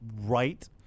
right